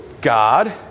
God